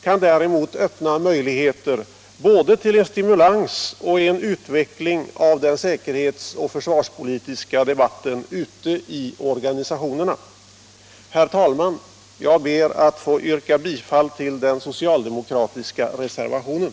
kan däremot öppna möjligheter både till en stimulans och till en utveckling av den säkerhets och försvarspolitiska debatten ute i organisationerna. Herr talman! Jag ber att få yrka bifall till den socialdemokratiska reservationen.